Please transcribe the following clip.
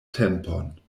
tempon